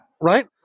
Right